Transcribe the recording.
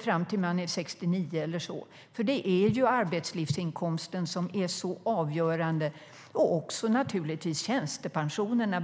fram tills man är 69 eller så? Det är ju arbetslivsinkomsten som är avgörande - och naturligtvis också tjänstepensionerna.